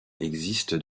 existe